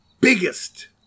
biggest